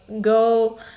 go